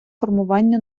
формування